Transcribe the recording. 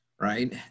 right